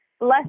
less